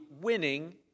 winning